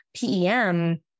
PEM